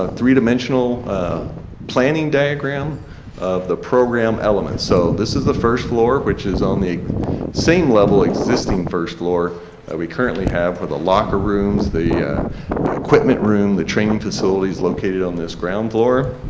ah three-dimensional planning diagram of the program elements. so this is the first floor which is on the same level, existing first floor that we currently have with the locker rooms, the equipment room, the training facilities located on this ground floor.